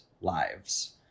lives